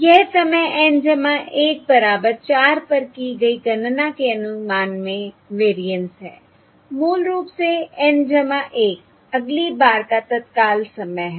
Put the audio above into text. यह समय N 1बराबर 4 पर की गई गणना के अनुमान में वेरिएंस है मूल रूप से N 1 अगली बार का तत्काल समय है